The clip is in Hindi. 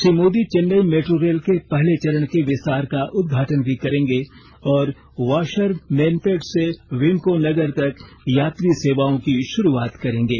श्री मोदी चेन्नई मेट्रो रेल के पहले चरण के विस्तार का उद्घाटन भी करेंगे और वाशरमेनपेट से विम्को नगर तक यात्री सेवाओं की शुरूआत करेंगे